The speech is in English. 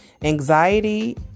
Anxiety